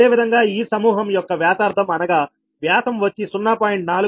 అదేవిధంగా ఈ సమూహం యొక్క వ్యాసార్థం అనగా వ్యాసం వచ్చి 0